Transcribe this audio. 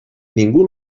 ningú